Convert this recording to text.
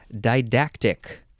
didactic